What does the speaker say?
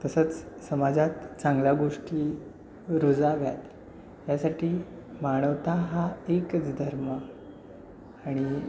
तसंच समाजात चांगल्या गोष्टी रुजाव्यात यासाठी मानवता हा एकच धर्म आणि